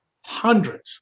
hundreds